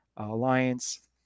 Alliance